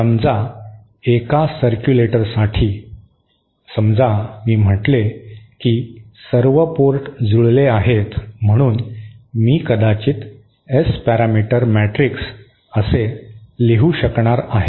समजा एका सरक्यूलेटरसाठी समजा मी म्हटले की सर्व पोर्ट जुळले आहेत म्हणून मी कदाचित एस पॅरामीटर मॅट्रिक्स असे लिहू शकणार आहे